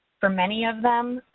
for many of them,